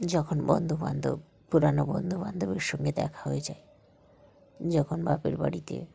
যখন বন্ধুবান্ধব পুরানো বন্ধুবান্ধবের সঙ্গে দেখা হয়ে যায় যখন বাপের বাড়িতে